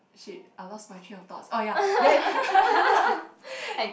shit I lost my train of thoughts oh ya then